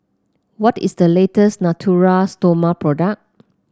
what is the latest Natura Stoma product